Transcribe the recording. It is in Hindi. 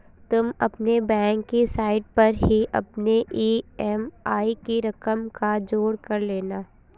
तुम अपने बैंक की साइट पर ही अपने ई.एम.आई की रकम का जोड़ कर लेना